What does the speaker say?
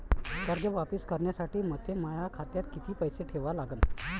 कर्ज वापिस करासाठी मले माया खात्यात कितीक पैसे ठेवा लागन?